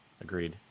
Agreed